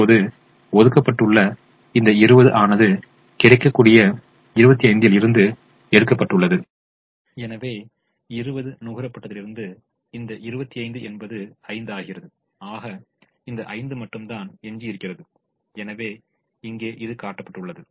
இப்போது ஒதுக்கப்பட்டுள்ள இந்த 20 ஆனது கிடைக்கக்கூடிய 25 ல் இருந்து எடுக்கப்பட்டுள்ளது எனவே 20 நுகரப்பட்டதிலிருந்து இந்த 25 என்பது 5 ஆகிறது ஆக இந்த 5 மட்டும்தான் எஞ்சியிருக்கிறது எனவே இங்கே காட்டப்பட்டுள்ளது